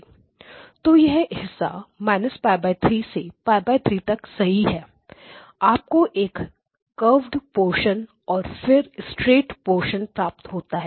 तो यह हिस्सा - π3 से π3 तक सही है आपको एक कर्व्ड पोरशन और फिर स्ट्रेट पोरशन प्राप्त होता है